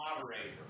moderator